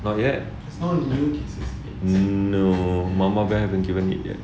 not yet no mama bear haven't given it yet